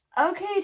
okay